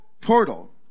portal